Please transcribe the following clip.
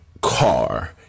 car